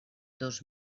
dos